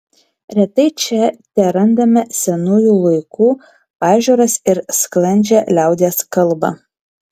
retai čia terandame senųjų laikų pažiūras ir sklandžią liaudies kalbą